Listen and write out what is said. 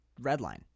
redline